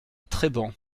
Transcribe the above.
treban